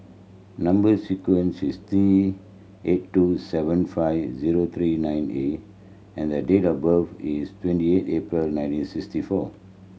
number sequence is T eight two seven five zero three nine A and date of birth is twenty eight April nineteen sixty four